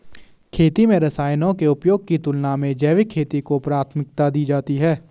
खेती में रसायनों के उपयोग की तुलना में जैविक खेती को प्राथमिकता दी जाती है